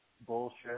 bullshit